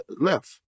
left